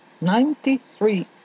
Ninety-three